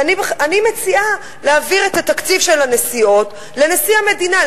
ואני מציעה להעביר את התקציב של הנסיעות לנשיא המדינה,